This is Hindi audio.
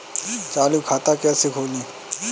चालू खाता कैसे खोलें?